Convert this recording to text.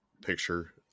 picture